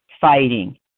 fighting